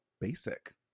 basic